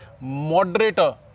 moderator